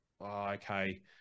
okay